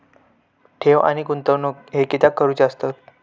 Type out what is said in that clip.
ठेव आणि गुंतवणूक हे कित्याक करुचे असतत?